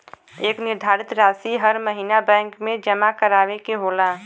एक निर्धारित रासी हर महीना बैंक मे जमा करावे के होला